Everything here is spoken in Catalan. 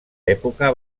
època